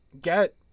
get